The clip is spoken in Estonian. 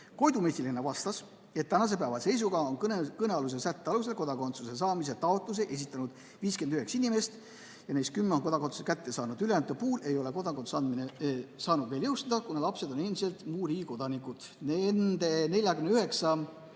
Koidu Mesilane vastas, et tänase päeva seisuga on kõnealuse sätte alusel kodakondsuse saamise taotluse esitanud 59 inimest ja neist kümme on kodakondsuse kätte saanud. Ülejäänute puhul ei ole kodakondsuse andmine saanud veel jõustuda, kuna lapsed on endiselt muu riigi kodanikud.